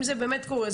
אם זה באמת קורה,